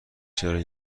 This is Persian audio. چرا